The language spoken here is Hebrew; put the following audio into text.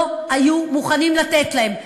לא היו מוכנים לתת להם,